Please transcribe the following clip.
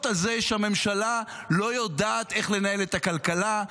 על זה שהממשלה לא יודעת איך לנהל את הכלכלה,